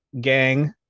gang